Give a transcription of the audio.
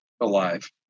alive